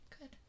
good